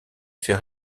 fait